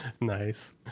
nice